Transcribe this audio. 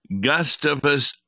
gustavus